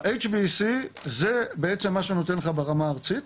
ה-HSBC זה בעצם מה שנותן לך ברמה הארצית.